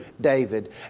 David